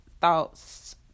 thoughts